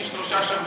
לפני שלושה שבועות,